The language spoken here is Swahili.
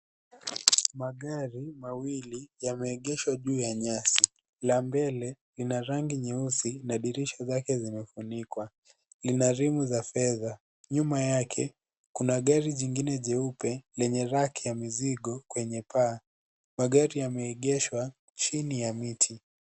Magari mawili yameegeshwa juu ya nyasi, ya mbele lina rangi nyeusi na dirisha zake zimefunikwa, lina rimu za fedha, nyuma yake kuna gari jingine jeupe lenye rack ya mizigo kwenye paa, magari yameegeshwa chini ya mti.